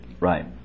Right